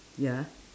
ya